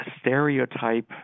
stereotype